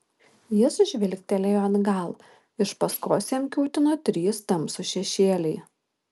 jis žvilgtelėjo atgal iš paskos jam kiūtino trys tamsūs šešėliai